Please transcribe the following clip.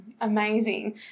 Amazing